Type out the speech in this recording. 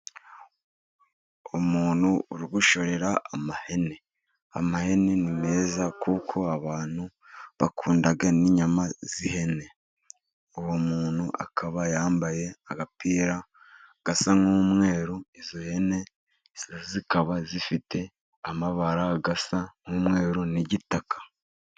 Umuntu uri gushorera amahene. Amahene ni meza, kuko abantu bakunda n'inyama z'ihene, uwo muntu akaba yambaye agapira gasa nk'umweru, izo hene zikaba zifite amabara asa nk'umweru n'igitaka.